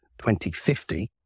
2050